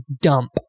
dump